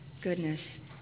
goodness